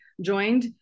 joined